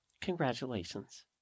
Congratulations